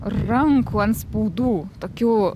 rankų antspaudų tokių